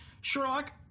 Sherlock